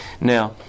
Now